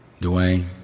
Dwayne